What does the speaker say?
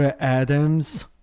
Adams